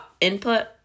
input